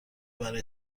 برای